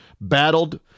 battled